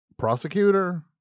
prosecutor